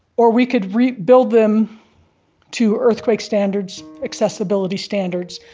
or we could rebuild them to earthquake standards, accessibility standards,